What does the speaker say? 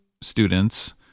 students